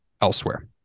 elsewhere